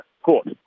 court